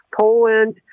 Poland